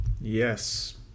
Yes